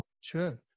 Sure